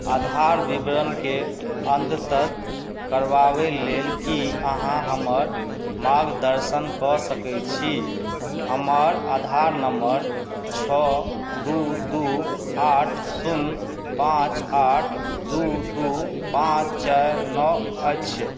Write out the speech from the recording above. आधार विवरणके अद्यतन करबाबै लेल की अहाँ हमर मार्गदर्शन कऽ सकैत छी हमर आधार नम्बर छओ दू दू आठ शून्य पाँच आठ दू दू पाँच चारि नओ अछि